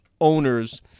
Owners